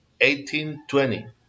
18.20